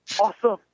awesome